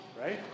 Right